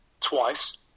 twice